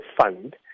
fund